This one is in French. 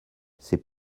c’est